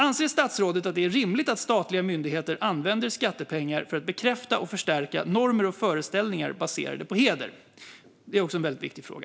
Anser statsrådet att det är rimligt att statliga myndigheter använder skattepengar för att bekräfta och förstärka normer och föreställningar baserade på heder? Det är också en väldigt viktig fråga.